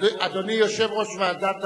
אדוני יושב-ראש ועדת